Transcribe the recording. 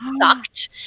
sucked